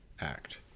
act